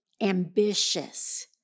ambitious